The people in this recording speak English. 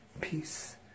Peace